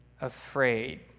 afraid